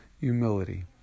humility